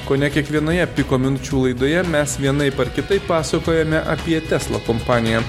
kone kiekvienoje piko minčių laidoje mes vienaip ar kitaip pasakojame apie tesla kompaniją